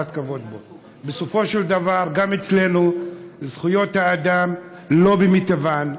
בסופו של דבר, גם אצלנו זכויות האדם לא במיטבן,